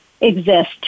exist